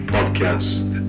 Podcast